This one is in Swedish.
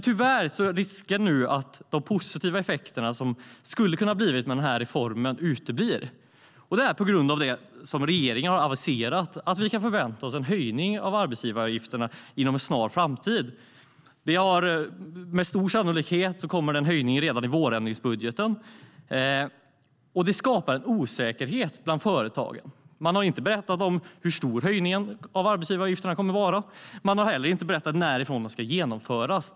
Tyvärr är risken att de positiva effekter som reformen skulle ha kunnat få nu uteblir på grund av det som regeringen har aviserat: Vi kan förvänta oss en höjning av arbetsgivaravgifterna inom en snar framtid. Med stor sannolikhet kommer det en höjning redan i vårändringsbudgeten. Det skapar en osäkerhet bland företagen. Regeringen har inte berättat hur stor höjningen av arbetsgivaravgifterna kommer att vara. De har inte heller berättat när den ska genomföras.